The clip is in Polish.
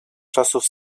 czasów